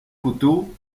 côteaux